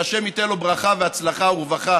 שהשם ייתן לו ברכה והצלחה ורווחה,